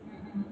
mmhmm